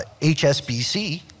HSBC